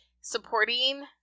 supporting